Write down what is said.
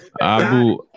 Abu